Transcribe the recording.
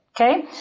Okay